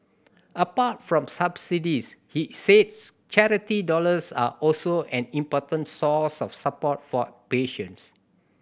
apart from subsidies he says charity dollars are also an important source of support for patients